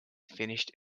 finished